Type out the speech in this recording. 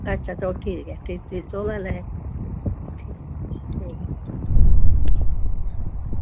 अच्छा ओह् ठीक ऐ तुस लेई लेआं ठीक